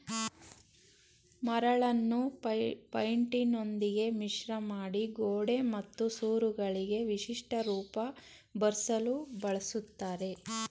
ಮರಳನ್ನು ಪೈಂಟಿನೊಂದಿಗೆ ಮಿಶ್ರಮಾಡಿ ಗೋಡೆ ಮತ್ತು ಸೂರುಗಳಿಗೆ ವಿಶಿಷ್ಟ ರೂಪ ಬರ್ಸಲು ಬಳುಸ್ತರೆ